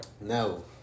No